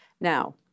Now